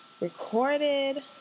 recorded